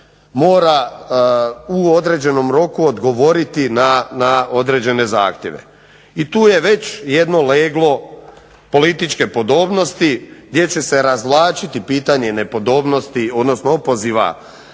mora u određenom roku odgovoriti na određene zahtjeve. I tu je već jedno leglo političke podobnosti gdje će se razvlačiti pitanje nepodobnosti odnosno opoziva